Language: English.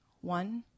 One